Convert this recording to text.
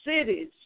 cities